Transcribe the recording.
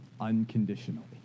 unconditionally